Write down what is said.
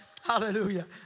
Hallelujah